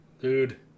Dude